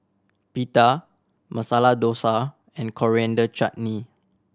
Pita Masala Dosa and Coriander Chutney